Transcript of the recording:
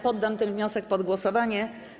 Poddam ten wniosek pod głosowanie.